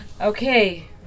Okay